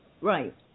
Right